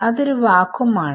അത് ഒരു വാക്വം ആണ്